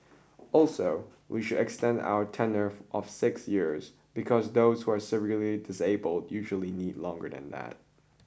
also we should extend our tenure of six years because those who are severely disabled usually need longer than that